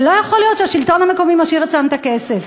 זה לא יכול להיות שהשלטון המקומי משאיר אצלם את הכסף,